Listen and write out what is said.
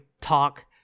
talk